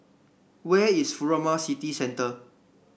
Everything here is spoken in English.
where is Furama City Center